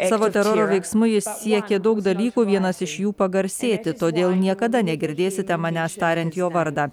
savo teroro veiksmais siekė daug dalykų vienas iš jų pagarsėti todėl niekada negirdėsite manęs tariant jo vardą